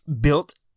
Built